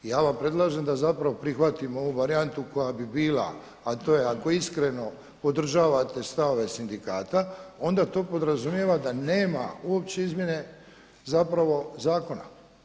I ja vam predlažem da zapravo prihvatimo ovu varijantu koja bi bila a to je ako iskreno podržavate stavove sindikata onda to podrazumijeva da nema uopće izmjene zapravo zakona.